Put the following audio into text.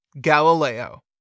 Galileo